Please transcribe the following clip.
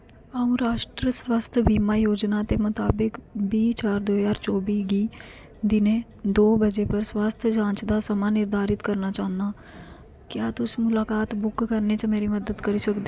अ'ऊं राश्ट्रीय स्वास्थ्य बीमा योजना दे मताबक बीह् चार दो ज्हार चौबी गी दिनें दो बजे पर स्वास्थ जांच दा समां निर्धारित करना चाह्न्नां क्या तुस मुलाकात बुक करने च मेरी मदद करी सकदे ओ